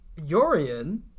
Yorian